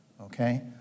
okay